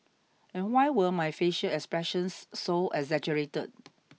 and why were my facial expressions so exaggerated